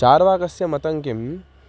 चार्वाकस्य मतङ्किम्